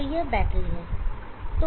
तो यह बैटरी है